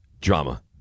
drama